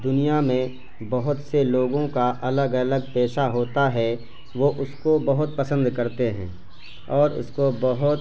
دنیا میں بہت سے لوگوں کا الگ الگ پیشہ ہوتا ہے وہ اس کو بہت پسند کرتے ہیں اور اس کو بہت